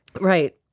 Right